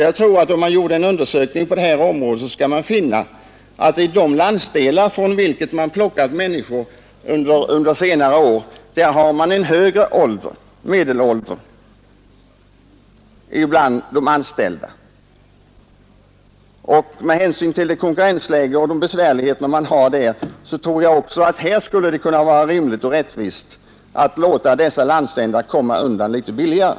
Jag tror att om man gjorde en undersökning på området skulle man finna att i de landsdelar, från vilka man flyttat människor under senare år, har man en högre medelålder bland de anställda. Med hänsyn till konkurrensläget och besvärligheterna där tror jag alltså att det skulle vara rimligt och rättvist att låta dessa landsändar komma undan litet billigare.